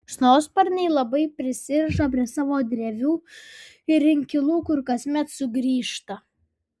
šikšnosparniai labai prisiriša prie savo drevių ir inkilų kur kasmet sugrįžta